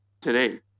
today